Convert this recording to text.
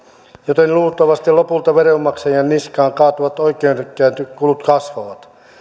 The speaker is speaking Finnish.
joten luultavasti lopulta veronmaksajien niskaan kaatuvat oikeudenkäyntikulut kasvavat